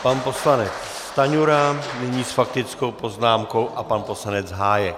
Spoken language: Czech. Pan poslanec Stanjura nyní s faktickou poznámkou a pan poslanec Hájek.